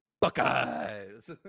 Buckeyes